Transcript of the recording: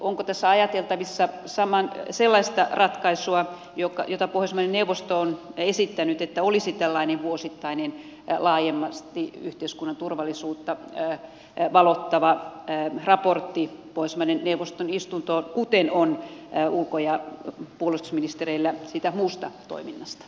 onko tässä ajateltavissa saada sellaista ratkaisua jota pohjoismaiden neuvosto on esittänyt että olisi tällainen vuosittainen laajemmalti yhteiskunnan turvallisuutta valottava raportti pohjoismaiden neuvoston istuntoon kuten on ulko ja puolustusministereillä siitä muusta toiminnasta